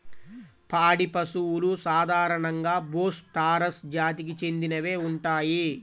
పాడి పశువులు సాధారణంగా బోస్ టారస్ జాతికి చెందినవే ఉంటాయి